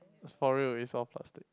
is for real is all plastic